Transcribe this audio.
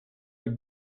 have